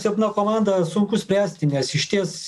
silpna komanda sunku spręsti nes išties